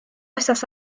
esas